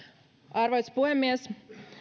arvoisa puhemies